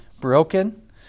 broken